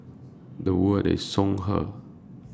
The Would IS Songhe